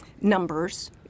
numbers